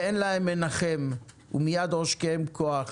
ואין להם מנחם ומיד עושקיהם כוח,